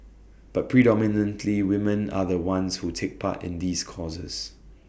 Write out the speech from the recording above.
but predominantly woman are the ones who take part in these courses